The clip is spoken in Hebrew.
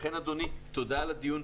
אדוני, תודה על הדיון.